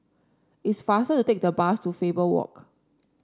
it's faster to take the bus to Faber Walk